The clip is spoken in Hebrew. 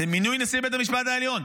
למינוי נשיא בית המשפט העליון,